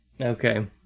okay